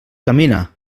camina